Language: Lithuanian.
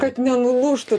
kad nenulūžtų